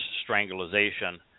strangulation